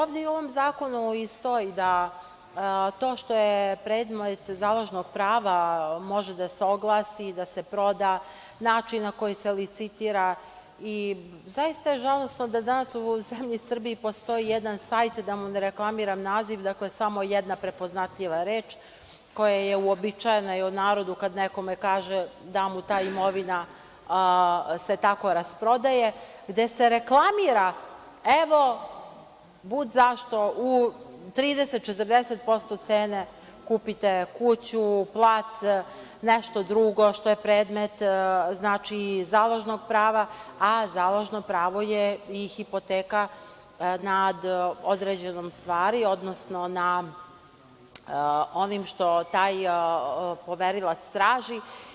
Ovde u ovom zakonu stoji da to što je predmet Založnog prava, može da se oglasi i da se proda način na koji se licitira i zaista je žalosno da danas u zemlji Srbiji postoji jedan sajt da reklamira naziv, dakle, samo jedna prepoznatljiva reč koja je uobičajena i u narodu kada nekome kaže da mu se ta imovina tako rasprodaje, gde se reklamira, evo bud-zašto, u 30, 40% cene kupite kuću, plac, nešto drugo što je predmet založnog prava, a založno pravo je i hipoteka nad određenom stvari, odnosno na onim što taj poverilac traži.